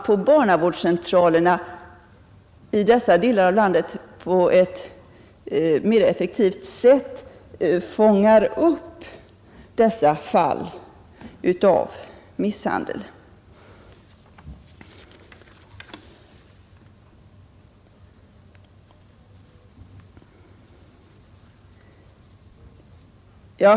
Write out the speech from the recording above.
På barnavårdscentralerna i dessa delar av landet fångar man därför på ett mera effektivt sätt upp dessa fall av misshandel.